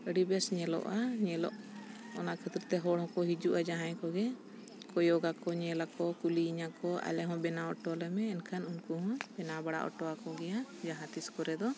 ᱟᱹᱰᱤ ᱵᱮᱥ ᱧᱮᱞᱚᱜᱼᱟ ᱧᱮᱞᱚᱜ ᱚᱱᱟ ᱠᱷᱟᱹᱛᱤᱨ ᱛᱮ ᱦᱚᱲ ᱦᱚᱸᱠᱚ ᱦᱤᱡᱩᱜᱼᱟ ᱡᱟᱦᱟᱸᱭ ᱠᱚᱜᱮ ᱠᱚᱭᱚᱜᱽ ᱟᱠᱚ ᱧᱮᱞ ᱟᱠᱚ ᱠᱩᱞᱤᱭᱤᱧᱟᱹᱠᱚ ᱟᱞᱮ ᱦᱚᱸ ᱵᱮᱱᱟᱣ ᱦᱚᱴᱚ ᱟᱞᱮ ᱢᱮ ᱮᱱᱠᱷᱟᱱ ᱩᱱᱠᱩ ᱦᱚᱸᱧ ᱵᱮᱱᱟᱣ ᱵᱟᱲᱟ ᱦᱚᱴᱚ ᱟᱠᱚ ᱜᱮᱭᱟ ᱡᱟᱦᱟᱸ ᱛᱤᱥ ᱠᱚᱨᱮ ᱫᱚ